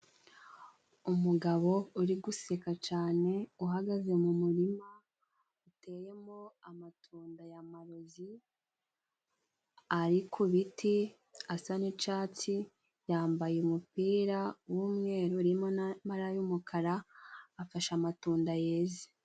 Umugabo uri guseka cyane uhagaze mu murima uteyemo amatunda ya mayugi ari ku biti, asa n'icyatsi yambaye umupira w'umweru harimo n'amabara y'umukara afashe amatunda yeze.